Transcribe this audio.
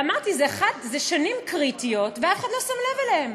ואמרתי: זה שנים קריטיות, ואף אחד לא שם לב אליהן.